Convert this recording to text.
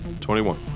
21